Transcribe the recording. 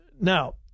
Now